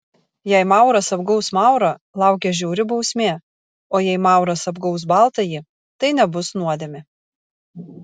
jei mauras apgaus maurą laukia žiauri bausmė o jei mauras apgaus baltąjį tai nebus nuodėmė